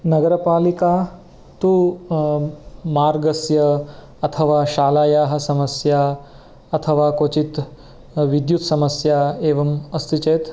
नगरपालिका तु मार्गस्य अथवा शालायाः समस्या अथवा क्वचित् विद्युत् समस्या एवम् अस्ति चेत्